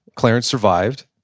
clarence survived.